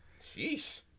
Sheesh